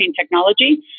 technology